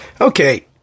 Okay